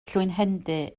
llwynhendy